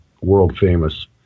world-famous